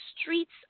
streets